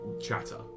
chatter